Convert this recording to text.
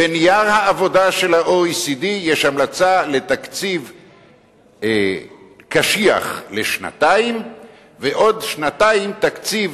בנייר העבודה של ה-OECD יש המלצה לתקציב קשיח לשנתיים ועוד שנתיים תקציב